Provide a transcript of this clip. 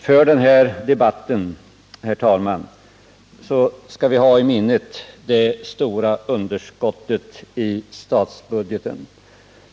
Herr talman! När vi för denna debatt skall vi ha i minnet det stora underskottet i statsbudgeten.